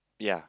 yea